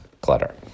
clutter